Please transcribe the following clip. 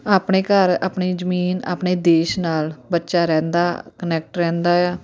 ਆਪਣੇ ਘਰ ਆਪਣੀ ਜਮੀਨ ਆਪਣੇ ਦੇਸ਼ ਨਾਲ ਬੱਚਾ ਰਹਿੰਦਾ ਕਨੈਕਟ ਰਹਿੰਦਾ ਆ